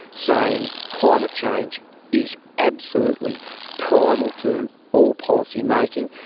saying climate change is absolutely primal to all policy making,